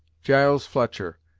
giles fletcher,